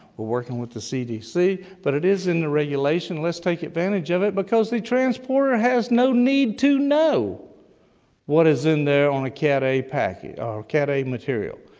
we're working with the cdc, but it is in the regulation, let's take advantage of it because the transporter has no need to know what is in there on a cat a package ah cat a material.